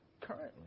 currently